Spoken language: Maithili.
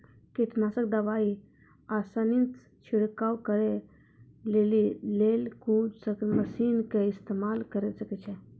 कीटनासक दवाई आसानीसॅ छिड़काव करै लेली लेल कून मसीनऽक इस्तेमाल के सकै छी?